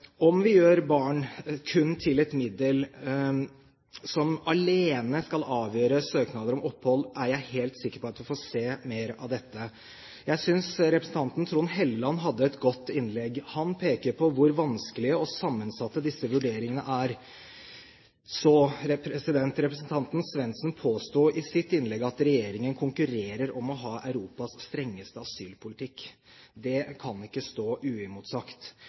Om vi gjør barn kun til et middel som alene skal avgjøre søknader om opphold, er jeg helt sikker på at vi får se mer av dette. Jeg synes representanten Trond Helleland hadde et godt innlegg. Han pekte på hvor vanskelige og sammensatte disse vurderingene er. Representanten Svendsen påsto i sitt innlegg at regjeringen konkurrerer om å ha Europas strengeste asylpolitikk. Det kan ikke stå uimotsagt.